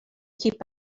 keep